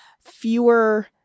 fewer